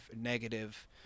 negative